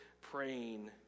praying